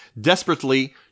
desperately